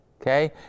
Okay